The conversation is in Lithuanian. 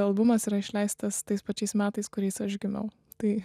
albumas yra išleistas tais pačiais metais kuriais aš gimiau tai